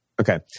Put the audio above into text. Okay